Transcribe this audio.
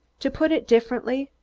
to put it differently,